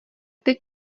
teď